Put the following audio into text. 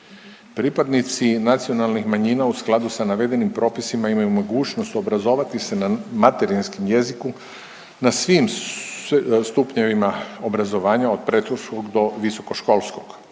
Pripadnici nacionalnih manjina u skladu sa navedenim propisima imaju mogućnost obrazovati se na materinskom jeziku na svim stupnjevima obrazovanja od predškolskog do visokoškolskog.